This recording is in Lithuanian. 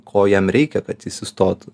ko jam reikia kad jis įstotų